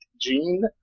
Jean